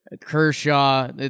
Kershaw